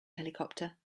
helicopter